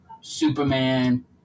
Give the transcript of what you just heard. Superman